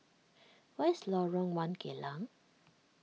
where is Lorong one Geylang